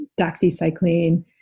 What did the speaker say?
doxycycline